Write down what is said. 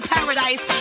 Paradise